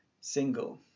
single